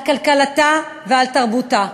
על כלכלתה ועל תרבותה.